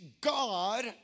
God